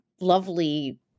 lovely